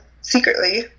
secretly